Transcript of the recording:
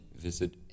visit